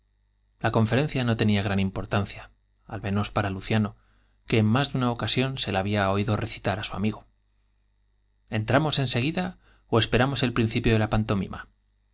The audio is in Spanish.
la conferencia tenía no gran importancia al mnos para luciano que en más de una ocasión se la había oído recitar á su amigo ó entramos enseguida esperamos el principio de la pantomima